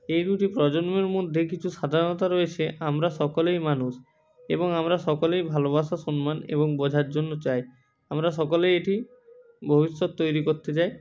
এই দুটি প্রজন্মের মধ্যে কিছু সাধারণতা রয়েছে আমরা সকলেই মানুষ এবং আমরা সকলেই ভালোবাসা সম্মান এবং বোঝার জন্য চাই আমরা সকলেই এটি ভবিষ্যৎ তৈরি করতে চাই